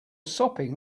sopping